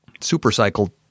SuperCycle